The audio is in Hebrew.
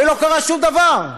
ולא קרה שום דבר.